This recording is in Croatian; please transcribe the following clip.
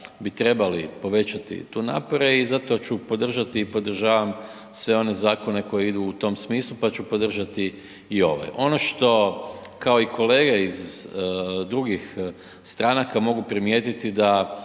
bi trebali povećati tu napore i zato ću podržati i podržavam sve one zakone koji idu u tom smislu, pa ću podržati i ovaj. Ono što, kao i kolege iz drugih stranaka, mogu primijetiti da